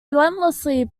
relentlessly